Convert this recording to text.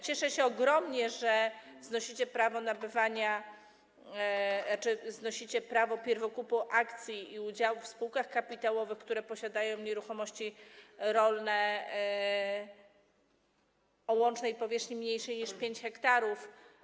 Cieszę się ogromnie, że znosicie prawo nabywania czy znosicie prawo pierwokupu akcji i udziałów w spółkach kapitałowych, które posiadają nieruchomości rolne o łącznej powierzchni mniejszej niż 5 ha.